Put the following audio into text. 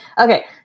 Okay